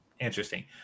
interesting